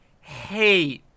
hate